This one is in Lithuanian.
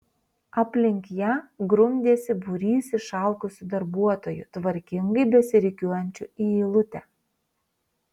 aplink ją grumdėsi būrys išalkusių darbuotojų tvarkingai besirikiuojančių į eilutę